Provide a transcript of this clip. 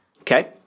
Okay